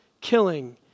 killing